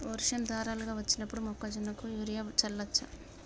వర్షం ధారలుగా వచ్చినప్పుడు మొక్కజొన్న కు యూరియా చల్లచ్చా?